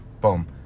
Boom